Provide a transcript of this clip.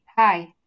Hi